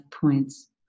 points